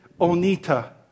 Onita